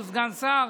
הוא סגן שר,